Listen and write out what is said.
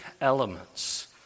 elements